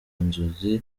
inzozi